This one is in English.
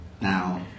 now